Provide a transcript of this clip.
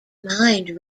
mind